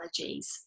allergies